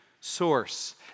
source